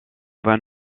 van